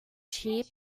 cheap